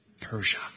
Persia